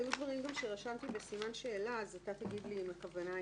היו דברים גם שרשמתי בסימן שאלה אז אתה תגיד לי מה הכוונה שהיתה.